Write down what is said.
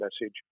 message